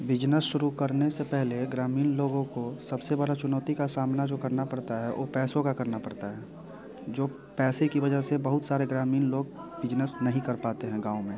business शुरु करने से पहले ग्रामीण लोगों को सबसे बड़ा चुनौती का सामना जो करना पड़ता है वो पैसों का करना पड़ता है जो पैसे की वजह से बहुत सारे ग्रामीण लोग बिजनेस नहीं कर पाते हैं गाँव में